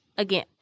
Again